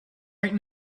right